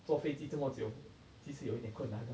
坐飞机这么久其实有一点困难呢